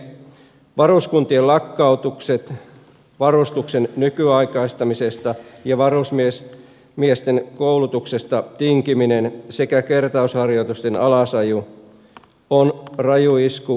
varuskuntien lakkautukset varustuksen nykyaikaistamisesta ja varusmiesten koulutuksesta tinkiminen sekä kertausharjoitusten alasajo ovat raju isku alueelliselle maanpuolustukselle